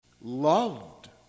loved